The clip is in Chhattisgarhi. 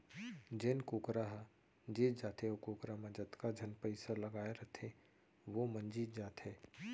जेन कुकरा ह जीत जाथे ओ कुकरा म जतका झन पइसा लगाए रथें वो मन जीत जाथें